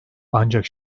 ancak